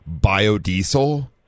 biodiesel